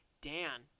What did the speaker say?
Dan